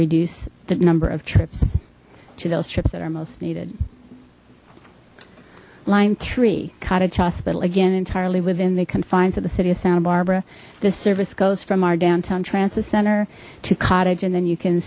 reduce the number of trips to those trips that are most needed line three cottage hospital again entirely within the confines of the city of santa barbara this service goes from our downtown transit center to cottage and then you can